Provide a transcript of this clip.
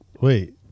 wait